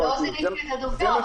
לא זיהיתי את הדובר,